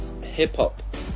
hip-hop